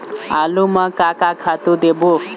आलू म का का खातू देबो?